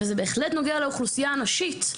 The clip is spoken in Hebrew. וזה בהחלט נוגע לאוכלוסייה הנשית,